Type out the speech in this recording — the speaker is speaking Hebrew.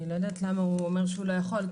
אני לא יודעת למה הוא אומר שהוא לא יכול.